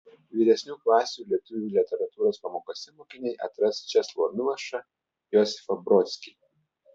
vyresnių klasių lietuvių literatūros pamokose mokiniai atras česlovą milošą josifą brodskį